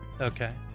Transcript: Okay